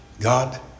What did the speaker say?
God